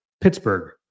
Pittsburgh